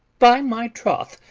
by my troth,